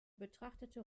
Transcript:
betrachtete